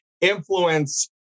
influence